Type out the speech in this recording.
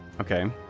Okay